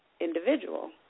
individual